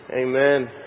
Amen